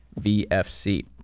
VFC